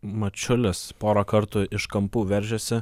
mačiulis porą kartų iš kampų veržėsi